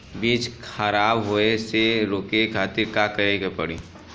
बीज खराब होए से रोके खातिर का करे के पड़ी?